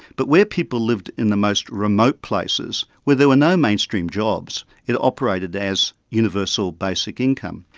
but where people lived in the most remote places where there were no mainstream jobs, it operated as universal basic income.